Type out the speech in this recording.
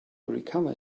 recover